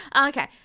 okay